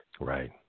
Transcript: Right